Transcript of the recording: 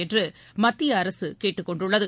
என்றுமத்திய அரசுகேட்டுக்கொண்டுள்ளது